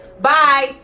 Bye